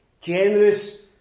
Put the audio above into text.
Generous